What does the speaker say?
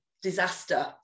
disaster